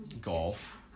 golf